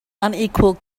unequal